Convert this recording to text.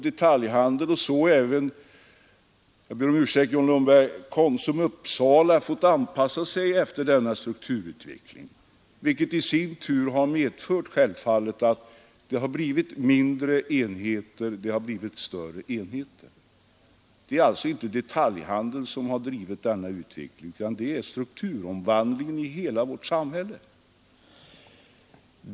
Detaljhandeln och då även — jag ber om ursäkt, John Lundberg — Konsum i Uppsala har fått anpassa sig efter denna strukturomvandling, vilket i sin tur självfallet medfört att vissa enheter blivit större. Det är alltså inte detaljhandeln som har drivit fram denna utveckling, utan strukturomvandlingen i hela vårt samhälle.